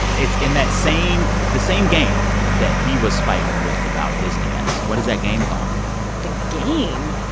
it's in that same the same game that he was fighting with about his dance. what is that game called even? the game?